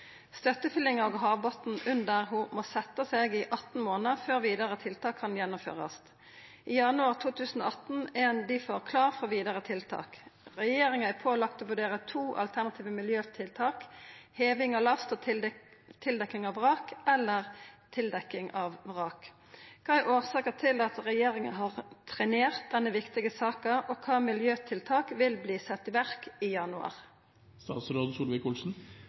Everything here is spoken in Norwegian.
Støttefyllinga og havbotnen under ho må setje seg i 18 månader før vidare tiltak kan gjennomførast. I januar 2018 er ein difor klar for vidare tiltak. Regjeringa er pålagd å vurdere to alternative miljøtiltak: heving av last og tildekking av vrak, eller tildekking av vrak. Kva er årsaka til at regjeringa har trenert denne viktige saka, og kva miljøtiltak vil verta sette i verk i januar?»